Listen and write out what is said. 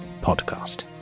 Podcast